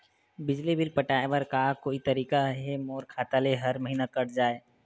बिजली बिल पटाय बर का कोई तरीका हे मोर खाता ले हर महीना कट जाय?